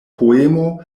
poemo